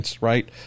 right